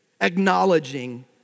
acknowledging